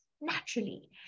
naturally